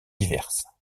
diverses